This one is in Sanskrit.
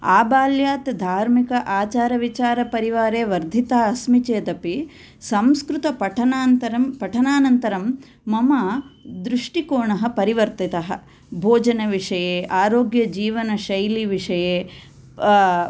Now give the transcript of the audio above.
आबल्यात् धार्मिक आचारविचारपरिवारे वर्धिता अस्मि चेदपि संस्कृतपठनान्तरं पठनानन्तरं मम दृष्टिकोणः परिवर्तितः भोजनविषये आरोग्यजीवनशैलीविषये